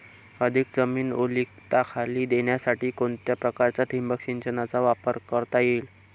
अधिक जमीन ओलिताखाली येण्यासाठी कोणत्या प्रकारच्या ठिबक संचाचा वापर करता येईल?